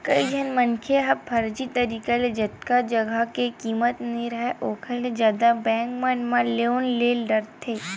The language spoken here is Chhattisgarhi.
कइझन मनखे ह फरजी तरिका ले जतका जघा के कीमत नइ राहय ओखर ले जादा बेंक मन ले लोन ले डारे रहिथे